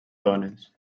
dones